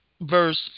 verse